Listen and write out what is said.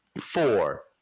four